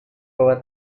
bawah